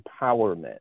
empowerment